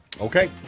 Okay